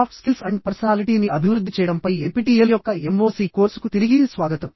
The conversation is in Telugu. సాఫ్ట్ స్కిల్స్ అండ్ పర్సనాలిటీని అభివృద్ధి చేయడంపై ఎన్పిటిఇఎల్ యొక్క ఎంఓఓసి కోర్సుకు తిరిగి స్వాగతం